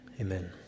Amen